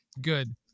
Good